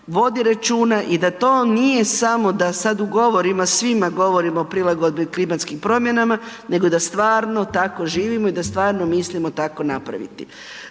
vodi računa i to nije samo da sad u govorima svima govorim o prilagodbi klimatskim promjenama nego da stvarno tako živimo i da stvarno mislimo tako napraviti.